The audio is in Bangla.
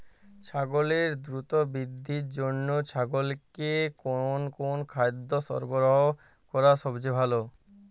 ছাগলের দ্রুত বৃদ্ধির জন্য ছাগলকে কোন কোন খাদ্য সরবরাহ করা সবচেয়ে ভালো?